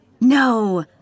No